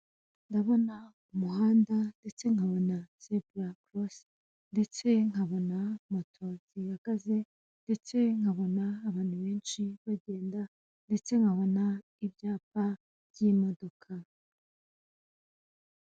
Ndabona umuhanda ndetse nkabona zebura korosi. Ndetse nkabona moto zihagaze, ndetse nkabona abantu benshi bagenda, ndetse nkabona ibyapa by'imodoka.